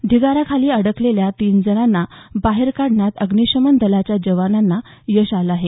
ढिगाऱ्याखाली अडकलेल्या तीन जणांना बाहेर काढण्यात अग्निशमन दलाच्या जवानांना यश आलं आहे